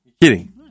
kidding